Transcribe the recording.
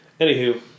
Anywho